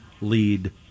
lead